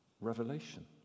revelation